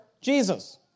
Jesus